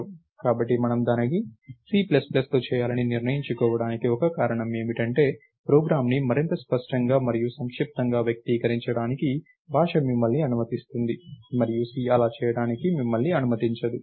కాబట్టి మనము దానిని C ప్లస్ ప్లస్తో చేయాలని నిర్ణయించుకోవడానికి ఒక కారణం ఏమిటంటే ప్రోగ్రామ్ను మరింత స్పష్టంగా మరియు సంక్షిప్తంగా వ్యక్తీకరించడానికి భాష మిమ్మల్ని అనుమతిస్తుంది మరియు C అలా చేయడానికి మిమ్మల్ని అనుమతించదు